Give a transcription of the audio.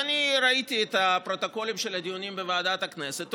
ואני ראיתי את הפרוטוקולים של הדיונים בוועדת הכנסת,